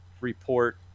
report